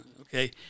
okay